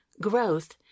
growth